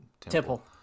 Temple